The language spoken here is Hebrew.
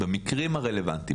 במקרים הרלוונטיים,